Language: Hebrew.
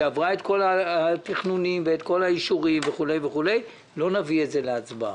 שעברה את כל התכנונים ואת כל האישורים וכולי לא נביא את זה להצבעה.